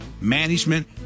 management